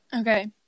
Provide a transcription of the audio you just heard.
Okay